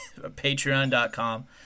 Patreon.com